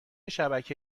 شبکه